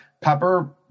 Pepper